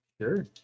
Sure